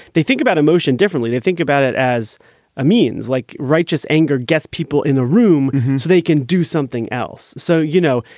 they think about emotion differently. they think about it as a means like righteous anger gets people in a room so they can do something else. so, you know,